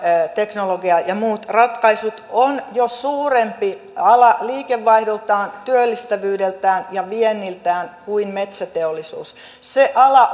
teknologia ja muut ratkaisut on jo suurempi ala liikevaihdoltaan työllistävyydeltään ja vienniltään kuin metsäteollisuus se ala